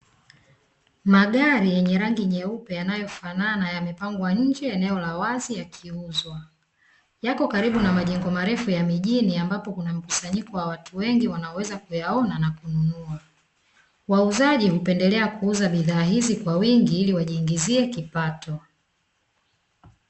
Magari yenye rangi nyeupe yanayofanana, yamepangwa nje eneo la wazi yakiuzwa, yapo kalibu na majengo marefu ya mijini ambapo kuna mkusanyiko wa watu wengi wanayoweza kuyaona na kununua, wauzaji upendelea kuuza bidhaa hizi kwa wingi hili wajiingizie kipato.